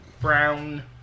brown